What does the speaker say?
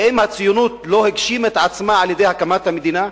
האם הציונות לא הגשימה את עצמה על-ידי הקמת המדינה?